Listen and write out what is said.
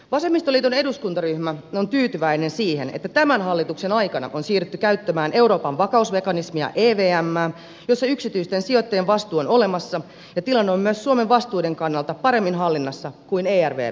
vasemmistoliiton eduskuntaryhmä on tyytyväinen siihen että tämän hallituksen aikana on siirrytty käyttämään euroopan vakausmekanismia evmää jossa yksityisten sijoittajien vastuu on olemassa ja tilanne on myös suomen vastuiden kannalta paremmin hallinnassa kuin ervv lainoissa